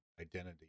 identity